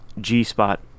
G-Spot